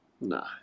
No